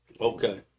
Okay